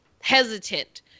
hesitant